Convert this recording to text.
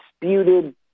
disputed